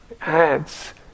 adds